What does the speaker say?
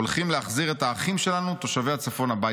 הולכים להחזיר את האחים שלנו תושבי הצפון הביתה',